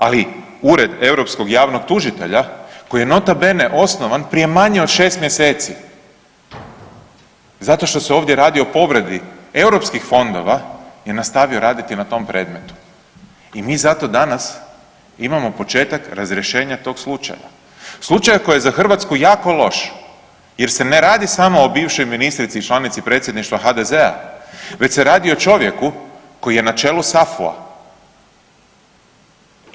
Ali Ured europskog javnog tužitelja koji je nota bene osnovan prije manje od 6 mjeseci zato što se ovdje radi o povredi europskih fondova je nastavio raditi na tom predmetu i mi zato danas imamo početak razrješenja tog slučaja, slučaja koji je za Hrvatsku jako loš jer se ne radi samo o bivšoj ministrici i članici Predsjedništva HDZ-a, već se radi o čovjeku koji je na čelu SAFU-a.